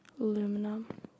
Aluminum